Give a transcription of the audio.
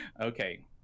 okay